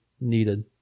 needed